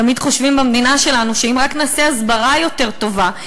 תמיד חושבים במדינה שלנו שאם רק נעשה הסברה יותר טובה,